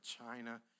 China